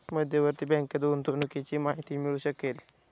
मध्यवर्ती बँकेत गुंतवणुकीची माहिती मिळू शकेल